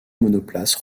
monoplace